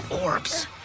Orbs